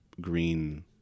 green